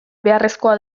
beharrezkoa